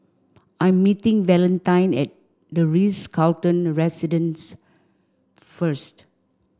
I am meeting Valentine at The Ritz Carlton Residences first